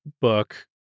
book